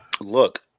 look